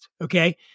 Okay